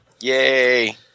Yay